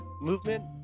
movement